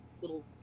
little